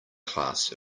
class